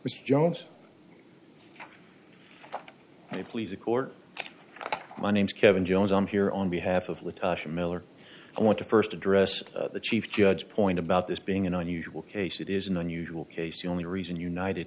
which jones please the court my name's kevin jones i'm here on behalf of latasha miller i want to first address the chief judge point about this being an unusual case it is an unusual case the only reason united